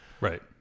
Right